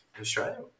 Australia